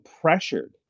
pressured